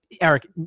Eric